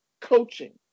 coaching